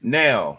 now